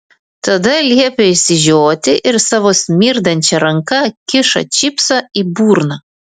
tada liepia išsižioti ir savo smirdančia ranka kiša čipsą į burną